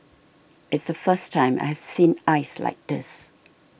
it's the first time I have seen ice like this